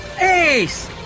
Ace